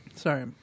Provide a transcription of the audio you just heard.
Sorry